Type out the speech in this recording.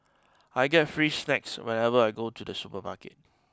I get free snacks whenever I go to the supermarket